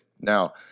Now